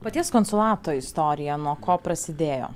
paties konsulato istorija nuo ko prasidėjo